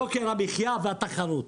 יוקר המחיה והתחרות.